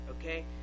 okay